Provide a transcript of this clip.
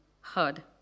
heard